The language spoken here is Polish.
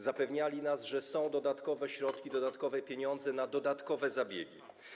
Zapewniali nas, że są dodatkowe środki, dodatkowe pieniądze na dodatkowe zabiegi.